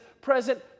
present